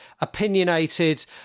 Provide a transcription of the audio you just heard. opinionated